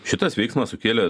šitas veiksmas sukėlė